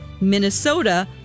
Minnesota